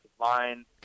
line